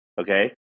okay